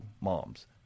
moms